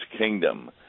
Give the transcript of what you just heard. kingdom